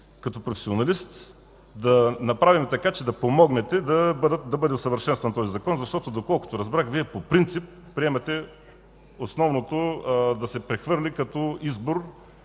като професионалист, да направим така, че да помогнете да бъде усъвършенстван този закон, защото доколкото разбрах, Вие по принцип приемате основното – да се прехвърли като избор